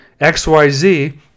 XYZ